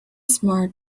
smart